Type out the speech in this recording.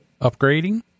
Upgrading